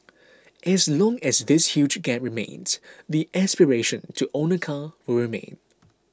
as long as this huge gap remains the aspiration to own a car will remain